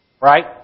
Right